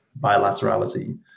bilaterality